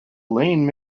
lane